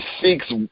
seeks